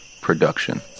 Production